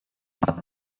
not